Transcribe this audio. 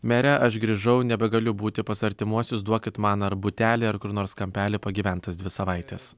mere aš grįžau nebegaliu būti pas artimuosius duokit man ar butelį ar kur nors kampelį pagyvent tas dvi savaites